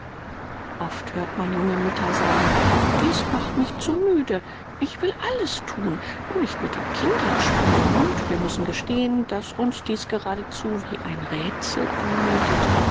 oft hört man junge mütter sagen dies macht mich zu müde ich will alles thun nur nicht mit den kindern spielen und wir müssen gestehen daß uns dies geradezu wie ein räthsel anmuthet